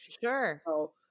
Sure